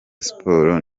sports